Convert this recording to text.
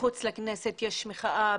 מחוץ לכנסת יש מחאה,